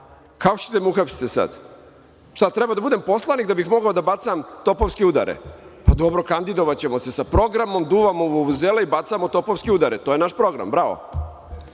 Kako ćete me da uhapsite sada? Šta treba da budem poslanik da bih mogao da bacam topovske udare? Pa dobro, kandidovaćemo se sa programom, duvamo u vuvuzele i bacamo topovske udare. To je naš program.